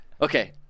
Okay